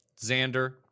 Xander